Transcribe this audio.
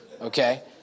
Okay